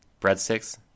Breadsticks